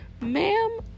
ma'am